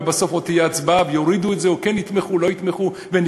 ובסוף עוד תהיה הצבעה ויורידו את זה או כן יתמכו או לא יתמכו ונגמר,